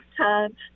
time